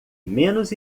menos